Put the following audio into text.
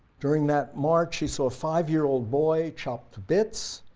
during that march she saw a five year old boy chopped to bits,